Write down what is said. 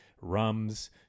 rums